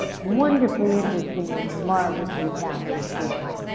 wonderfully interesting and marvelously talented people.